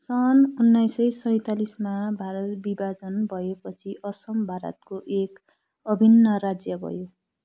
सन् उन्नाइसौँ सैँतालिसमा भारत विभाजन भएपछि असम भारतको एक अभिन्न राज्य भयो